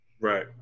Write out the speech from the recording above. Right